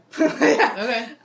Okay